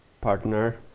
partner